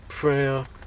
Prayer